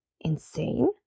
Insane